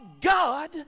God